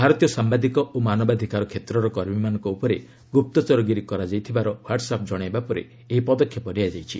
ଭାରତୀୟ ସାମ୍ଭାଦିକ ଓ ମାନବାଧିକାର କ୍ଷେତ୍ରର କର୍ମୀମାନଙ୍କ ଉପରେ ଗୁପ୍ତଚରଗିରି କରାଯାଇଥିବାର ହ୍ପଟ୍ସ ଆପ୍ ଜଣାଇବା ପରେ ଏହି ପଦକ୍ଷେପ ନିଆଯାଇଛି